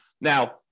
Now